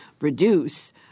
reduce